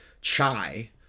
CHAI